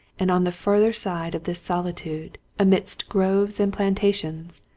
and on the further side of this solitude, amidst groves and plantations,